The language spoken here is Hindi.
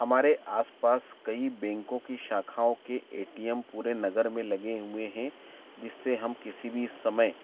हमारे आस पास कई बैंकों की शाखाओं की ए टी एम पूरे नगर में लगे हुए हैं जिससे हम किसी भी समय